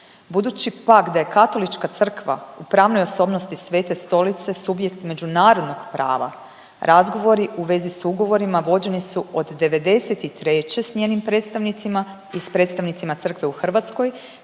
Budući pak da je Katolička crkva u pravnoj osobnosti Svete stolice, subjekt međunarodnog prava, razgovori u vezi sa ugovorima vođeni su od '93. s njenim predstavnicima i s predstavnicima crkve u Hrvatskoj